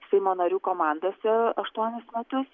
seimo narių komandose aštuonis metus